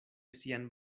sian